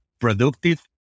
productive